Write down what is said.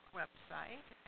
website